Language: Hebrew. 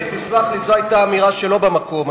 זאת היתה אמירה שלא במקום.